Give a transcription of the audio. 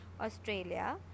Australia